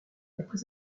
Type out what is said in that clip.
après